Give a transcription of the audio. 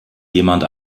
jemand